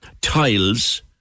tiles